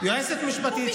יועצת משפטית,